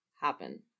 happen